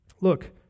Look